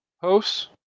hosts